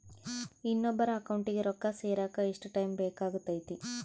ಇನ್ನೊಬ್ಬರ ಅಕೌಂಟಿಗೆ ರೊಕ್ಕ ಸೇರಕ ಎಷ್ಟು ಟೈಮ್ ಬೇಕಾಗುತೈತಿ?